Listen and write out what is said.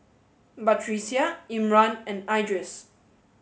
Batrisya Imran and Idris